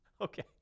Okay